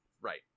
right